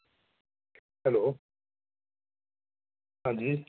hello आं जी